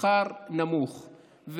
השכר נמוך.